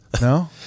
No